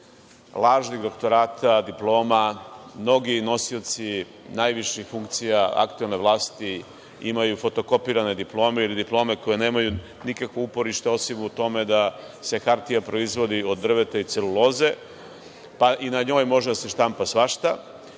lažnih doktorata, diploma, mnogi nosioci najviših funkcija aktuelne vlasti imaju fotokopirane diplome koje nemaju nikakvo uporište osim toga da se hartija proizvodi od drveta i celuloze, pa i na njoj može da se štampa svašta.